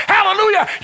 Hallelujah